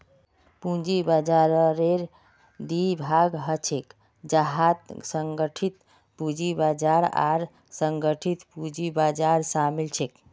पूंजी बाजाररेर दी भाग ह छेक जहात संगठित पूंजी बाजार आर असंगठित पूंजी बाजार शामिल छेक